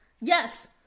Yes